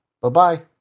Bye-bye